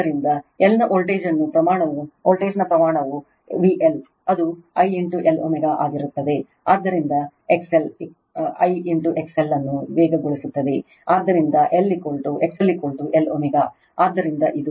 ಆದ್ದರಿಂದ L ನ ವೋಲ್ಟೇಜ್ನ ಪ್ರಮಾಣವು V VL ಅದು I Lω ಆಗಿರುತ್ತದೆ ಆದ್ದರಿಂದ XL I XL ಅನ್ನು ವೇಗಗೊಳಿಸುತ್ತದೆ ಆದ್ದರಿಂದ XLLω